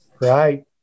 Right